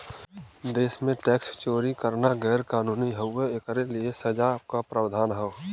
देश में टैक्स चोरी करना गैर कानूनी हउवे, एकरे लिए सजा क प्रावधान हौ